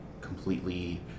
completely